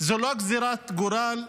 זה לא גזרת גורל,